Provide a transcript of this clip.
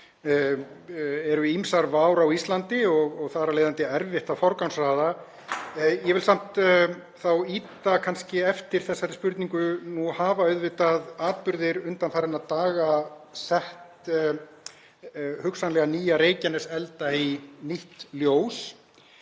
eru ýmsar vár á Íslandi og þar af leiðandi erfitt að forgangsraða. Ég vil samt kannski ýta eftir þessari spurningu: Nú hafa auðvitað atburðir undanfarinna daga hugsanlega sett nýja Reykjaneselda í nýtt ljós